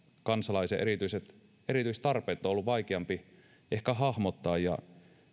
kansalaisen erityistarpeet on ollut vaikeampi ehkä hahmottaa ja